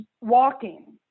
walking